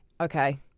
okay